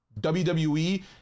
wwe